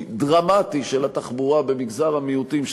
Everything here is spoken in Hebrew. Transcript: דרמטי של התחבורה במגזר המיעוטים,